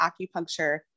acupuncture